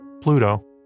Pluto